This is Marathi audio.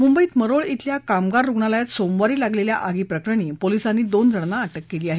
मुंबईत मरोळ इथल्या कामगार रुग्णालयात सोमवारी लागलेल्या आगी प्रकरणी पोलिसांनी दोन जणांना अटक केली आहे